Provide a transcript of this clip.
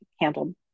handled